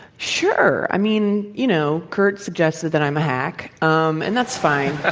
sure. i mean, you know, kurt suggested that i'm a hack, um and that's fine. ah